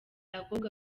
abakobwa